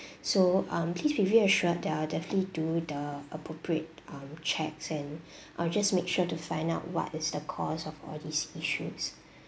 so uh please be reassured that I'll definitely do the appropriate um checks and I'll just make sure to find out what is the cause of all these issues